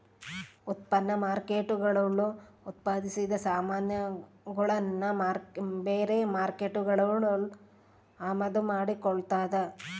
ಉತ್ಪನ್ನ ಮಾರ್ಕೇಟ್ಗುಳು ಉತ್ಪಾದಿಸಿದ ಸಾಮಾನುಗುಳ್ನ ಬೇರೆ ಮಾರ್ಕೇಟ್ಗುಳು ಅಮಾದು ಮಾಡಿಕೊಳ್ತದ